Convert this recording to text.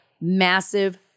massive